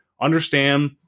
understand